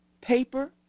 paper